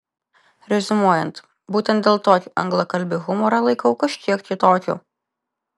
reziumuojant būtent dėl to anglakalbį humorą laikau kažkiek kitokiu